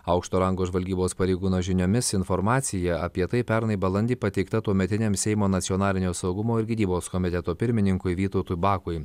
aukšto rango žvalgybos pareigūno žiniomis informacija apie tai pernai balandį pateikta tuometiniam seimo nacionalinio saugumo ir gynybos komiteto pirmininkui vytautui bakui